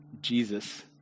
Jesus